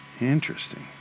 Interesting